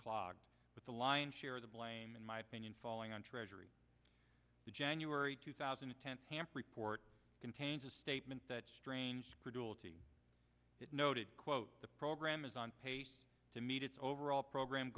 clogged with the lion's share of the blame in my opinion falling on treasury the january two thousand and ten hamp report contains a statement that strange credulity that noted quote the program is on pace to meet its overall program